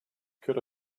could